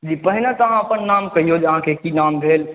जी पहिने तऽ अहाँ अपन नाम क़हियौ जे अहाँके की नाम भेल